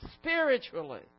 spiritually